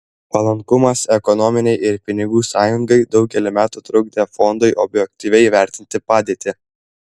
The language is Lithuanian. palankumas ekonominei ir pinigų sąjungai daugelį metų trukdė fondui objektyviai vertinti padėtį